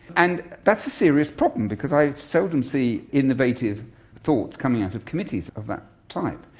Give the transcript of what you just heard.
and that's a serious problem because i seldom see innovative thoughts coming out of committees of that type.